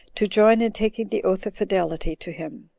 to join in taking the oath of fidelity to him.